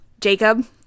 Jacob